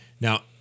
Now